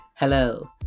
Hello